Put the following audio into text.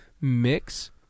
mix